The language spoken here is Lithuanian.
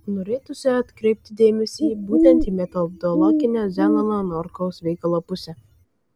norėtųsi atkreipti dėmesį būtent į metodologinę zenono norkaus veikalo pusę